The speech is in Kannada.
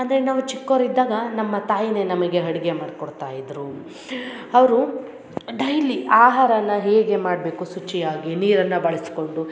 ಅಂದರೆ ನಾವು ಚಿಕ್ಕವ್ರ ಇದ್ದಾಗ ನಮ್ಮ ತಾಯಿನೆ ನಮಗೆ ಅಡ್ಗೆ ಮಾಡ್ಕೊಡ್ತಾ ಇದ್ದರು ಅವರು ಡೈಲಿ ಆಹಾರನ ಹೇಗೆ ಮಾಡಬೇಕು ಸುಚಿಯಾಗಿ ನೀರನ್ನ ಬಳಸ್ಕೊಂಡು